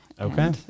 okay